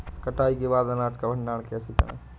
कटाई के बाद अनाज का भंडारण कैसे करें?